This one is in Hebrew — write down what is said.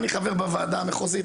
אני חבר בוועדה המחוזית,